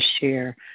share